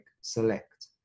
select